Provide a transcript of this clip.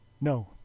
No